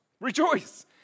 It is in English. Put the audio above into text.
rejoice